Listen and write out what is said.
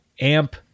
amp